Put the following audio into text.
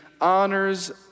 honors